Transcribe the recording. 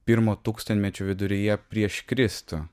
pirmo tūkstantmečio viduryje prieš kristų